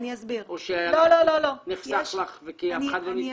או שנחסך לך כי אף אחד לא ניצל?